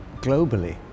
globally